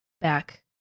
back